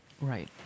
Right